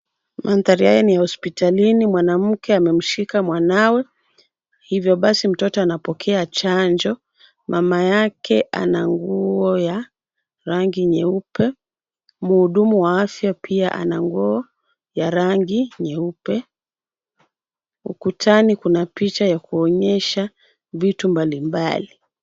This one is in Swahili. Mandhari haya ni ya hospitalini. Mwanamke amemshika mwanawe hivyo basi mtoto anapokea chanjo. Mama yake ana nguo ya rangi nyeupe. Mhudumu wa afya pia ana nguo ya rangi nyeupe. Ukutani kuna picha ya kuonyesha vitu mbali mbali.